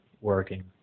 working